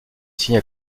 signe